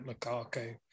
Lukaku